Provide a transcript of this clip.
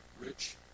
Rich